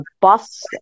bus